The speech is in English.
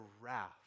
wrath